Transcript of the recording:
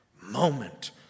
moment